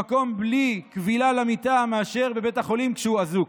במקום בלי כבילה למיטה מאשר בבית החולים כשהוא אזוק.